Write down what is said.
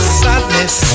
sadness